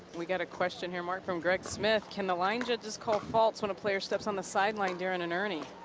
we got a question here, mark, from greg smith. can the line judges call faults when a player steps on the sideline during an erne?